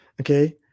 okay